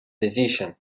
decision